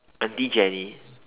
aunty Jenny